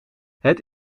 het